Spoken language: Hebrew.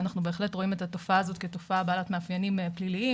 ואנחנו בהחלט רואים את התופעה הזאת כתופעה בעלת מאפיינים פליליים.